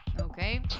okay